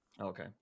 Okay